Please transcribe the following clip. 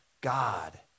god